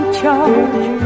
charge